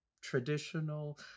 traditional